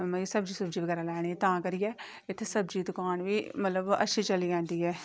सब्जी सुब्जी लैनी तां करियै इत्थै सब्जी दी दकान बी मतलब अच्छी चली जंदी ऐ